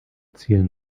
ziel